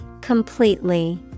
Completely